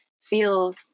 feel